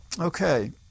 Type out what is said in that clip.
okay